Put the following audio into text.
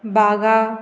Baga